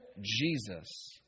Jesus